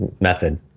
method